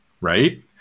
right